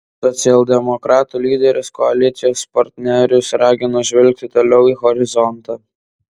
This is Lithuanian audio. socialdemokratų lyderis koalicijos partnerius ragino žvelgti toliau į horizontą